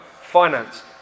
finance